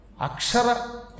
Akshara